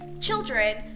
children